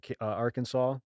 Arkansas